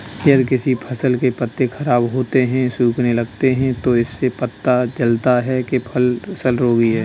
यदि किसी फसल के पत्ते खराब होते हैं, सूखने लगते हैं तो इससे पता चलता है कि फसल रोगी है